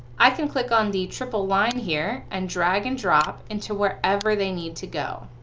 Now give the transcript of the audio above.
i can click on the triple line here and drag and drop into wherever they need to go.